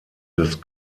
des